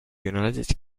united